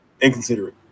inconsiderate